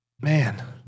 Man